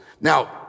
Now